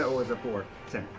so was a four, ten.